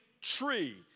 tree